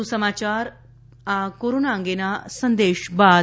વધુ સમાચાર કોરોના અંગેના આ સંદેશ બાદ